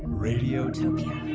radiotopia